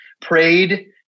prayed